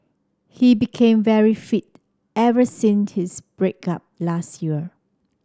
he became very fit ever since his break up last year